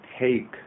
take